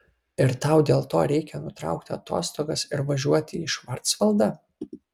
ir tau dėl to reikia nutraukti atostogas ir važiuoti į švarcvaldą